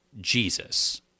Jesus